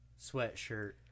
sweatshirt